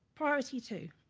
priority two,